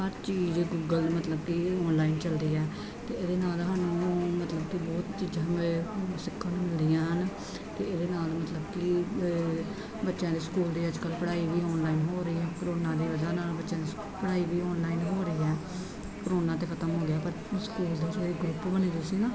ਹਰ ਚੀਜ਼ ਗੂਗਲ ਮਤਲਬ ਕਿ ਓਨਲਾਈਨ ਚੱਲਦੀ ਆ ਅਤੇ ਇਹਦੇ ਨਾਲ ਸਾਨੂੰ ਮਤਲਬ ਕਿ ਬਹੁਤ ਚੀਜ਼ਾਂ ਮੈਂ ਸਿੱਖਣ ਨੂੰ ਮਿਲੀਆਂ ਹਨ ਅਤੇ ਇਹਦੇ ਨਾਲ ਮਤਲਬ ਕਿ ਬੱਚਿਆਂ ਦੇ ਸਕੂਲ ਦੀ ਅੱਜਕਲ੍ਹ ਪੜ੍ਹਾਈ ਵੀ ਓਨਲਾਈਨ ਹੋ ਰਹੀ ਆ ਕਰੋਨਾ ਦੀ ਵਜ੍ਹਾ ਨਾਲ ਬੱਚਿਆ ਦੀ ਪੜ੍ਹਾਈ ਵੀ ਓਨਲਾਈਨ ਹੋ ਰਹੀ ਆ ਕਰੋਨਾ ਤਾਂ ਖਤਮ ਹੋ ਗਿਆ ਪਰ ਸਕੂਲ ਦੇ ਵਿੱਚ ਗਰੁੱਪ ਬਣੇ ਵੀ ਸੀ ਨਾ